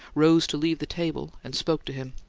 rose to leave the table and spoke to him.